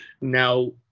now